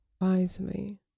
wisely